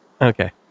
Okay